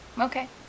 Okay